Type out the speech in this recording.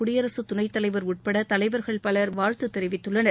குடியரசுத் துணைத் தலைவர் உட்பட தலைவர்கள் பலர் வாழ்த்துத் தெரிவித்துள்ளனர்